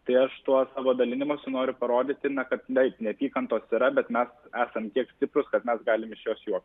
tai aš tuo savo padalinimosi noriu parodyti na kad neapykantos yra bet mes esam tiek stiprūs kad mes galim iš jos juoktis